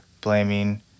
blaming